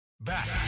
Back